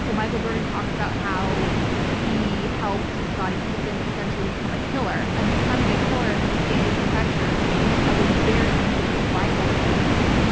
so michael jordan talks about how he helped scottie pippen essentially become a killer, and becoming a killer and withstanding the pressures of a very heated rivalry